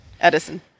Edison